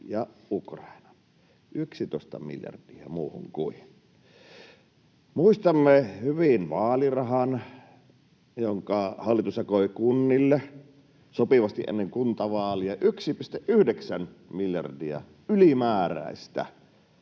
ja Ukrainan. 11 miljardia muuhun kuin näihin. Muistamme hyvin vaalirahan, jonka hallitus jakoi kunnille sopivasti ennen kuntavaaleja: 1,9 miljardia ylimääräistä